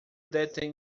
detém